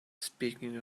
speaking